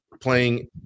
playing